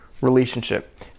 relationship